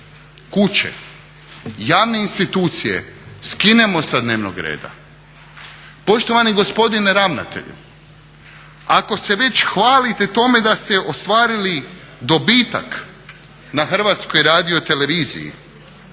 kuće, javne institucije skinemo sa dnevnog reda. Poštovani gospodine ravnatelju, ako se već hvalite tome da ste ostvarili dobitak na Hrvatskoj radioteleviziji